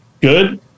good